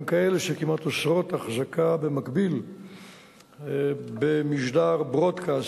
גם כאלה שכמעט אוסרות אחזקה במקביל במשדר broadcast,